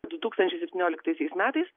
du tūkstančiai septynioliktaisiais metais